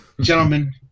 gentlemen